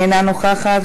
אינה נוכחת,